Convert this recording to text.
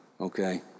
okay